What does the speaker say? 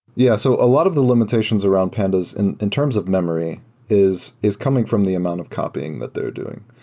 yeah. so a lot of the limitations around pandas in in terms of memory is is coming from the amount of copying that they're doing.